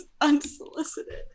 unsolicited